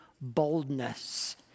boldness